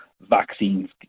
vaccines